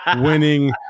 winning